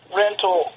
rental